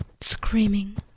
screaming